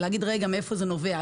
להבין מאיפה זה נובע.